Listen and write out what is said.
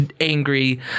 angry